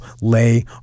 lay